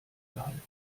gehalten